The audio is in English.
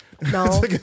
No